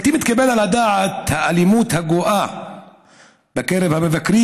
בלתי מתקבלת על הדעת האלימות הגואה בקרב המבקרים